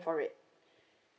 for it